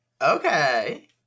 Okay